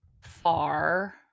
far